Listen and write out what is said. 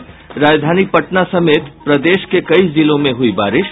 और राजधानी पटना समेत प्रदेश के कई जिलों में हयी बारिश